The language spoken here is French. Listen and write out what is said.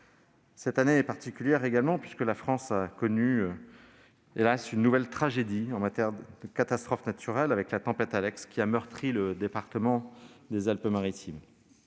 cette année est particulière, c'est aussi parce que la France a connu, hélas ! une nouvelle tragédie en matière de catastrophe naturelle : la tempête Alex a meurtri le département des Alpes-Maritimes.